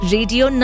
Radio